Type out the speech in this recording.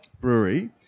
Brewery